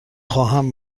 خواهم